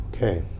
Okay